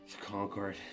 Concord